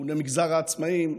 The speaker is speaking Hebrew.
שמכונה מגזר העצמאים,